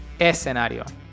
escenario